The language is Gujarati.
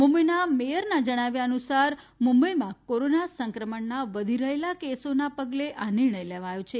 મુંબઇના મેયરના જણાવ્યા અનુસાર મુંબઇમાં કોરોના સંક્રમણના વધી રહેલા કેસોના પગલે આ નિર્ણય લેવાયો છે